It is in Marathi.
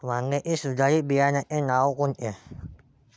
वांग्याच्या सुधारित बियाणांची नावे कोनची?